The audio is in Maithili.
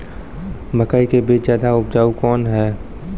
मकई के बीज ज्यादा उपजाऊ कौन है?